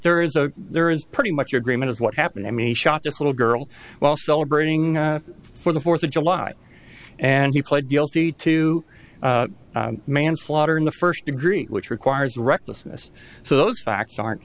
there is a there is pretty much agreement is what happened i mean he shot this little girl while celebrating for the fourth of july and he pled guilty to manslaughter in the first degree which requires recklessness so those facts aren't